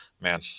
man